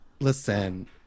listen